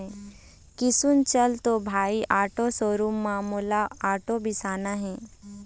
किसुन चल तो भाई आटो शोरूम म मोला आटो बिसाना हे